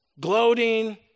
gloating